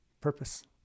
purpose